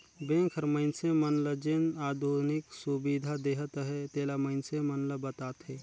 bank हर मइनसे मन ल जेन आधुनिक सुबिधा देहत अहे तेला मइनसे मन ल बताथे